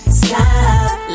stop